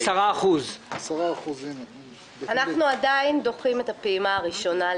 10%. אנחנו עדיין דוחים את הפעימה הראשונה.